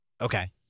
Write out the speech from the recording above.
okay